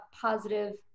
positive